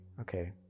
okay